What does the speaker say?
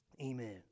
Amen